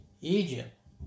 Egypt